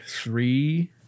Three